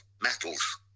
metals